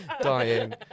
dying